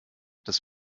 das